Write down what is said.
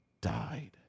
died